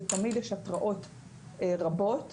תמיד יש התראות רבות.